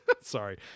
Sorry